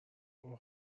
اوه